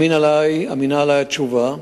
אמינה עלי התשובה,